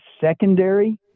secondary